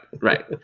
right